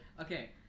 Okay